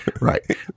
Right